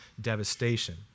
devastation